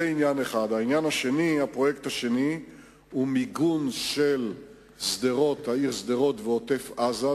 הפרויקט השני הוא מיגון העיר שדרות ועוטף-עזה,